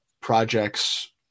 projects